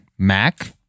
Mac